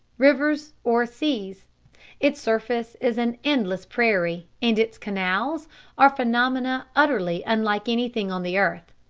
rivers, or seas its surface is an endless prairie. and its canals' are phenomena utterly unlike anything on the earth.